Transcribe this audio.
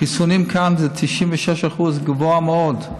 החיסונים כאן זה 96%, גבוה מאוד,